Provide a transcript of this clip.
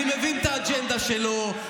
אני מבין את האג'נדה שלו,